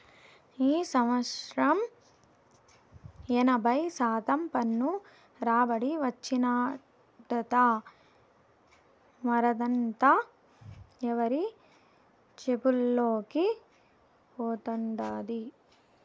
ఈ సంవత్సరం ఎనభై శాతం పన్ను రాబడి వచ్చినాదట, మరదంతా ఎవరి జేబుల్లోకి పోతండాది